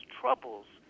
troubles